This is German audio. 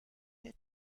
der